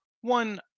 One